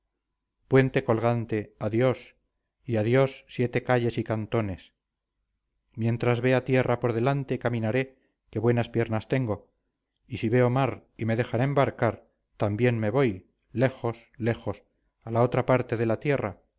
puente colgante adiós y adiós siete calles y cantones mientras vea tierra por delante caminaré que buenas piernas tengo y si veo mar y me dejan embarcar también me voy lejos lejos a la otra parte de la tierra